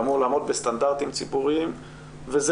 שאמור לעמוד בסטנדרטיים ציבוריים וזה